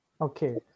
okay